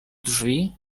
drzwi